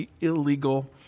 illegal